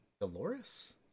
dolores